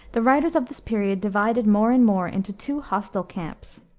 the writers of this period divided more and more into two hostile camps.